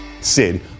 Sid